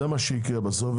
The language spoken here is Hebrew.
זה מה ישקרה בסוף.